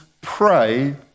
pray